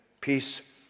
Peace